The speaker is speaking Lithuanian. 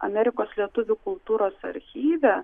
amerikos lietuvių kultūros archyve